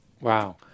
Wow